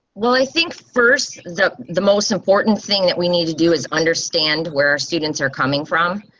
well, i think, first the most important thing that we need to do is understand where students are coming from.